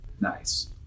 Nice